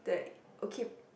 that okay